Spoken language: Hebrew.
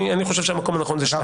אני חושב שהמקום הנכון הוא שם.